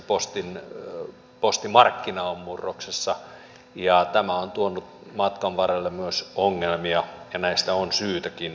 yleensäkin postimarkkina on murroksessa ja tämä on tuonut matkan varrelle myös ongelmia ja näistä on syytäkin puhua